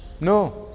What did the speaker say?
No